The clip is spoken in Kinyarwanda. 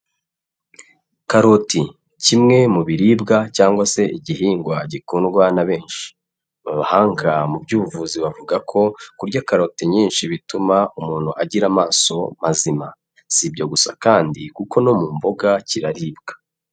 Karoti kimwe mu biribwa cyangwa se igihingwa gikundwa na benshi, abahanga mu by'ubuvuzi bavuga ko kurya karote nyinshi bituma umuntu agira amaso mazima, si ibyo gusa kandi kuko no mu mboga kiraribwa.